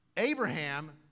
Abraham